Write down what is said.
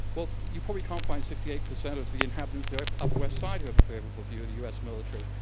well, you probably can't find sixty eight percent of the inhabitants of the upper west side who have a favorable view of the u. s. military.